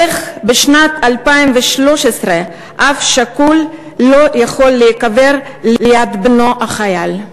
איך בשנת 2013 אב שכול לא יכול להיקבר ליד בנו החייל?